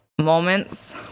moments